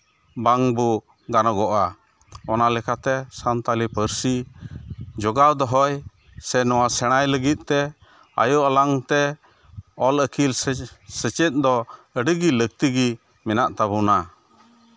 ᱵᱟᱝ ᱵᱚ ᱚᱱᱟ ᱞᱮᱠᱟᱛᱮ ᱥᱟᱱᱛᱟᱞᱤ ᱯᱟᱹᱨᱥᱤ ᱡᱚᱜᱟᱣ ᱫᱚᱦᱚᱭ ᱥᱮ ᱱᱚᱣᱟ ᱥᱮᱬᱟᱭ ᱞᱟᱹᱜᱤᱫᱛᱮ ᱟᱭᱚ ᱟᱲᱟᱝᱛᱮ ᱚᱞ ᱟᱹᱠᱤᱞ ᱥᱮ ᱥᱮᱪᱮᱫ ᱫᱚ ᱟᱹᱰᱤᱜᱮ ᱞᱟᱹᱠᱛᱤ ᱜᱮ ᱢᱮᱱᱟᱜ ᱛᱟᱵᱚᱱᱟ